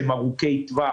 שהם ארוכי טווח,